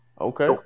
Okay